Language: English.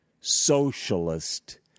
socialist